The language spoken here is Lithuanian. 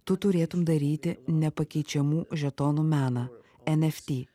tu turėtum daryti nepakeičiamų žetonų meną enefty